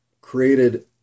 created